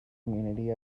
community